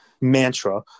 mantra